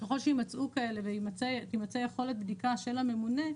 וכלל שימצאו כאלה ותמצא יכולת בדיקה של הממונה,